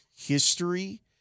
history